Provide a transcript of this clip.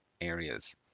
areas